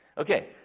Okay